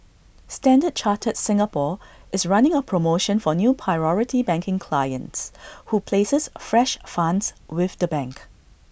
standard chartered Singapore is running A promotion for new priority banking clients who places fresh funds with the bank